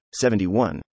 71